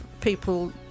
people